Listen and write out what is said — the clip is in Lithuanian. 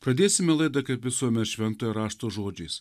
pradėsime laida kaip visuomet šventojo rašto žodžiais